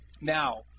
Now